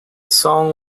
song